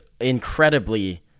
incredibly